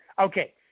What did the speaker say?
Okay